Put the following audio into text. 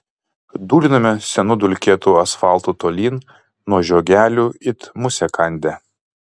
dūlinome senu dulkėtu asfaltu tolyn nuo žiogelių it musę kandę